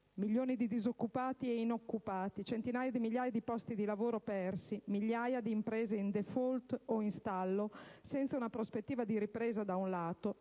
Milioni di disoccupati ed inoccupati, centinaia di migliaia di posti di lavoro persi, migliaia di imprese in *default* o in stallo, senza una prospettiva di ripresa, da un lato;